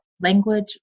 language